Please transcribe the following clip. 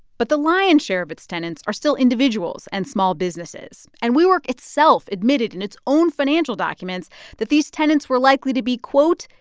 but the lion's share of its tenants are still individuals and small businesses, and wework itself admitted in its own financial documents that these tenants were likely to be, quote,